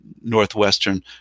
Northwestern